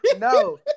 No